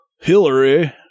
Hillary